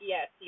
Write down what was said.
Yes